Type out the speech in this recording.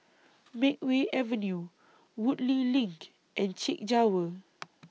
Makeway Avenue Woodleigh LINK and Chek Jawa